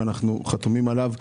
ואנחנו חתומים עליו,